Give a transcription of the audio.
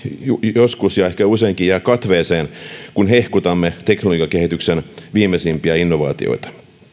joskus ja ehkä useinkin jää katveeseen kun hehkutamme teknologiakehityksen viimeisimpiä innovaatioita